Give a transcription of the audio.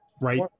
right